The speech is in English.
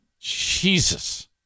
Jesus